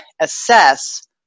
assess